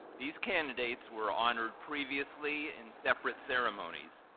these candidates were honored previously in separate ceremonies.